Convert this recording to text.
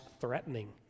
threatening